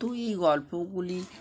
তুই এই গল্পগুলি